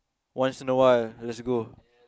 once in a while let's go